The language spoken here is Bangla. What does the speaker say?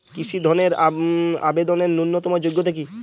কৃষি ধনের আবেদনের ন্যূনতম যোগ্যতা কী?